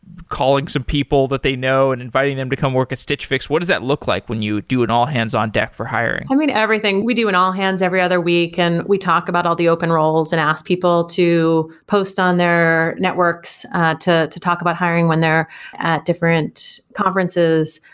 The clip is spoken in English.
calling some people that they know and inviting them to come work at stitch fix? what does that look like when you do an all-hands-on-deck for hiring i mean, everything. we do an all-hands every other week and we talk about all the open roles and ask people to post on their networks to to talk about hiring when they're at different conferences.